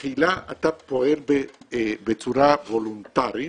בתחילה אתה פועל בצורה וולונטרית